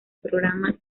programa